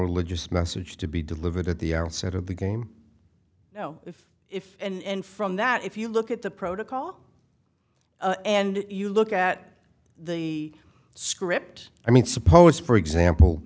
religious message to be delivered at the onset of the game if if and from that if you look at the protocol and you look at the script i mean suppose for example